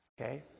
okay